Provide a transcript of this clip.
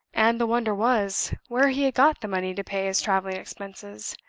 and the wonder was, where he had got the money to pay his traveling expenses.